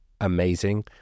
amazing